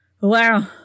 wow